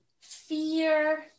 fear